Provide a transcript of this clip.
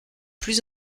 plus